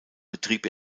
betrieb